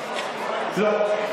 לא.